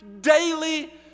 daily